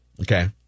Okay